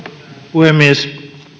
puhemies